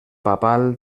papal